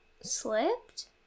slipped